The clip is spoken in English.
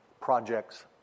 projects